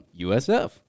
USF